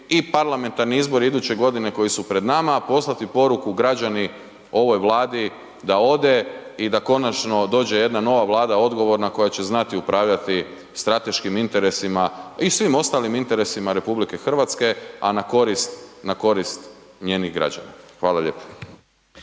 i parlamentarni izbori iduće godine koji su pred nama poslati poruku građani ovoj Vladi da ode i da konačno dođe jedna nova Vlada, odgovorna koja će znati upravljati strateškim interesima i svim ostalim interesima RH, a na korist njenih građana. Hvala lijepo.